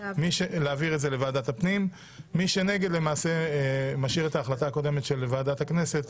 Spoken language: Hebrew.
בהתאם להחלטה של מליאת הכנסת שהתקבלה לפי המלצה של ועדת הכנסת